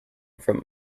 from